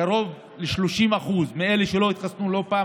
קרוב ל-30% מאלה שלא התחסנו לא בפעם